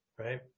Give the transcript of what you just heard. Right